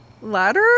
Ladder